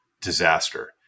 disaster